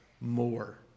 more